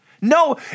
No